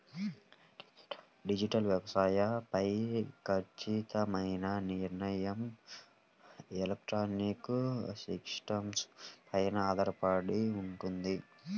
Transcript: digital వ్యవసాయం పై ఖచ్చితమైన నియంత్రణ ఎలక్ట్రానిక్ సిస్టమ్స్ పైన ఆధారపడి ఉంటుంది